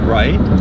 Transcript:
right